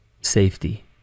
Safety